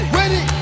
ready